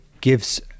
gives